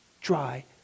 dry